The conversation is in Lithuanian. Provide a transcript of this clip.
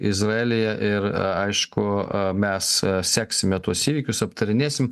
izraelyje ir aišku mes seksime tuos įvykius aptarinėsim